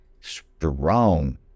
strong